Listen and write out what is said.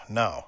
no